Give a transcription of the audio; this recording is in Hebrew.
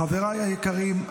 חבריי היקרים,